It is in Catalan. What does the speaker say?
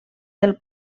del